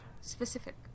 Specific